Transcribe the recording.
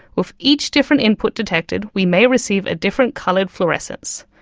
with each different input detected we may receive a different coloured fluorescence.